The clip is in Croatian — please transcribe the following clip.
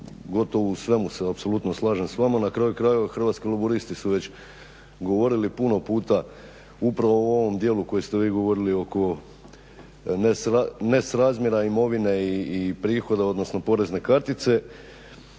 se apsolutno slažem sa vama. Na kraju krajeva Hrvatski laburisti su već govorili puno puta upravo u ovom dijelu o kojem ste vi govorili oko nesrazmjera imovine i prihoda, odnosno porezne kartice.